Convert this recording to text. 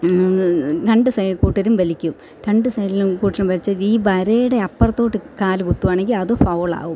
രണ്ട് സൈഡ് കൂട്ടരും വലിക്കും രണ്ട് സൈഡിലും കൂട്ടരും വലിച്ചാൽ ഈ വരയുടെ അപ്പുറത്തോട്ട് കാലു കുത്തുവാണെങ്കിൽ അത് ഫൌൾ ആകും